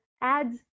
adds